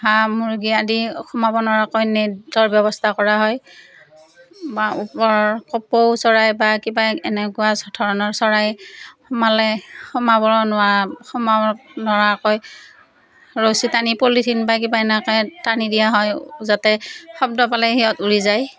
হাঁহ মুৰ্গী আদি সোমাব নোৱাৰাকৈ নেটৰ ব্যৱস্থা কৰা হয় বা ওপৰ কপৌ চৰাই বা কিবা এনেকুৱা ধৰণৰ চৰাই সোমালে সোমাব নোৱাৰা সোমাব নোৱাৰাকৈ ৰছী টানি পলিথিন বা কিবা এনেকৈ টানি দিয়া হয় যাতে শব্দ পালে সিহঁত উৰি যায়